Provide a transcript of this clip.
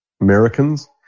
Americans